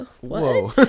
Whoa